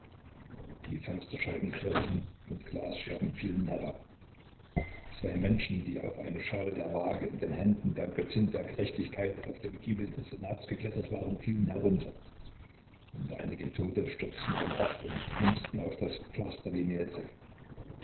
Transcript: die fensterscheiben klirrten und glasscherben fielen herab zwei menschen die auf eine schale der waage in den händen der göttin der gerechtigkeit auf dem giebel des senats geklettert waren fielen herunter und einige tote stürzten vom dach und plumpsten auf das pflaster wie mehlsäcke